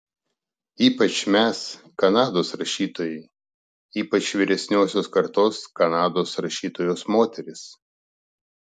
ypač mes kanados rašytojai ypač vyresniosios kartos kanados rašytojos moterys